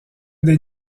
des